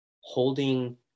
holding